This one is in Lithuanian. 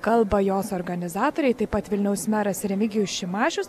kalba jos organizatoriai taip pat vilniaus meras remigijus šimašius